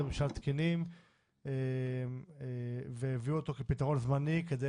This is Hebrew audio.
זה לא סדרי ממשל תקינים והביאו אותה כפתרון זמני כדי